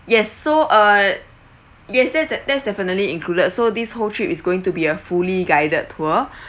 yes so uh yes that's the that's definitely included so this whole trip is going to be a fully guided tour